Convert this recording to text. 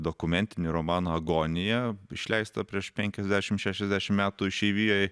dokumentinį romaną agonija išleistą prieš penkiasdešimt šešiasdešimt metų išeivijoj